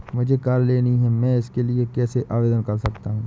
मुझे कार लेनी है मैं इसके लिए कैसे आवेदन कर सकता हूँ?